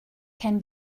can